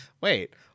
Wait